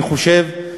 אני חושב,